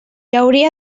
hauria